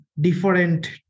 different